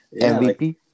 MVP